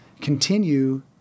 continue